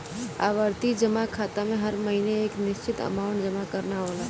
आवर्ती जमा खाता में हर महीने एक निश्चित अमांउट जमा करना होला